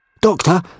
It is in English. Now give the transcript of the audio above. Doctor